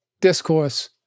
discourse